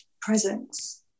presence